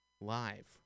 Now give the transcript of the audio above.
live